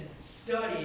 study